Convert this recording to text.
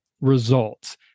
results